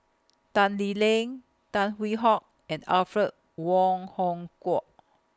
Tan Lee Leng Tan Hwee Hock and Alfred Wong Hong Kwok